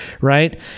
right